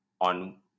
on